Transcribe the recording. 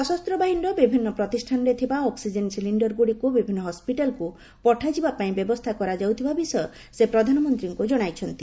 ସଶସ୍ତ୍ର ବାହିନୀର ବିଭିନ୍ନ ପ୍ରତିଷ୍ଠାନରେ ଥିବା ଅକ୍ଟିଜେନ୍ ସିଲିଣ୍ଡର ଗୁଡ଼ିକୁ ବିଭିନ୍ନ ହସ୍କିଟାଲ୍କୁ ପଠାଯିବା ପାଇଁ ବ୍ୟବସ୍ଥା କରାଯାଉଥିବା ବିଷୟ ସେ ପ୍ରଧାନମନ୍ତ୍ରୀଙ୍କୁ ଜଣାଇଛନ୍ତି